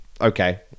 okay